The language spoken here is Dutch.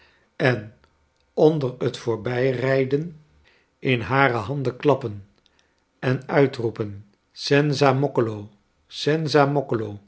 en onder het voorbijrijden in hare handen klappen enuitroepen senzamoccolo senza moccolo